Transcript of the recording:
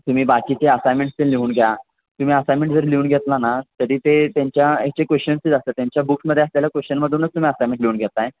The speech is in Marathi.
तुम्ही बाकीचे असाईमेंटस ते लिहून घ्या तुम्ही असाईमेंट जर लिहून घेतला ना तरी ते त्यांच्या ह्याचे क्वेश्चन्स तेच असतात त्यांच्या बुक्समध्ये असलेल्या क्वेश्चनमधूनच तुम्ही असायनमेंट लिहून घेत आहे